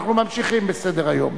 אנחנו ממשיכים בסדר-היום: